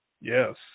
Yes